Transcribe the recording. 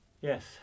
yes